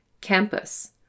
Campus